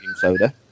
soda